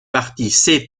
partie